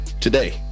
today